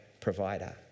provider